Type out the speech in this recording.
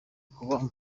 kuba